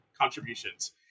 contributions